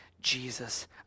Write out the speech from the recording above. Jesus